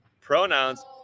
Pronouns